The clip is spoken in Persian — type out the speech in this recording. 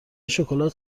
شکلات